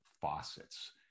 faucets